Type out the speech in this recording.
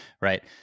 right